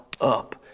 up